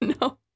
No